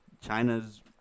China's